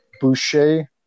Boucher